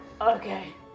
Okay